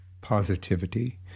positivity